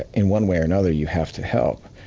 in one way or another, you have to help.